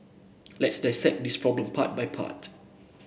let's dissect this problem part by part